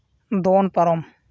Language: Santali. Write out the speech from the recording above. ᱫᱚᱱ ᱯᱟᱨᱚᱢ